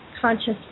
conscious